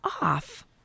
off